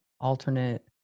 alternate